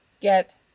get